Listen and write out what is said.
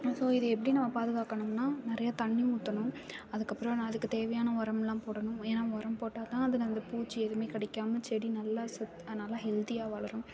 so இதை எப்படி நம்ம பாதுகாக்கணும்னா நிறைய தண்ணி ஊற்றணும் அதுக்கு அப்புறோம் அதுக்கு தேவையான உரம்லாம் போடணும் ஏன்னா உரம் போட்டால்தான் அதில் அந்த பூச்சி எதுவும் கடிக்காமல் செடி நல்லா சத் நல்லா ஹெல்தியாக வளரும்